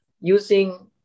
using